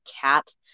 cat